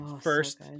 first